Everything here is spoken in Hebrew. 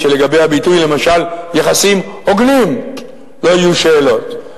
אני מקווה שלגבי הביטוי למשל "יחסים הוגנים" לא יהיו שאלות.